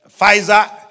Pfizer